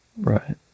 right